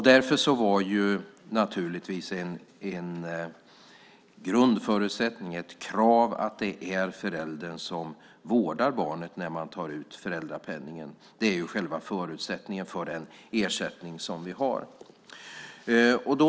Därför har naturligtvis en grundförutsättning och ett krav varit att det är föräldern som vårdar barnet när man tar ut föräldrapenningen. Det är själva förutsättningen för den ersättning vi har.